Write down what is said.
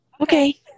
Okay